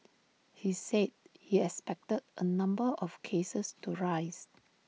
he said he expected A number of cases to rise